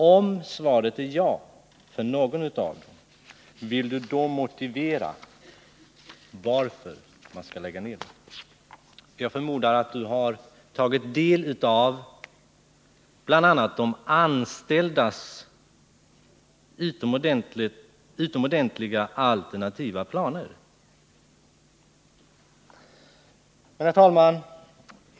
Om svaret blir ja för nedläggning av något av dem, vill Rune Gustavsson då motivera varför han tycker att man skall lägga ner dem? — Jag förmodar att Rune Gustavsson har tagit del av bl.a. de anställdas utomordentliga alternativa planer. Herr talman!